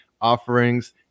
offerings